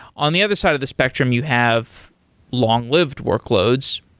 on the other side of the spectrum, you have long-lived workloads,